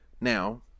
Now